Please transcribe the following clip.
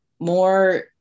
More